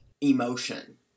emotion